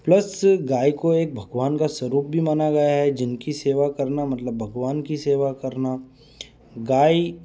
plus गाय को एक भगवान का स्वरुप भी माना गया है जिनकी सेवा करना मतलब भगवान की सेवा करना गाय